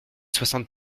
soixante